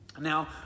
Now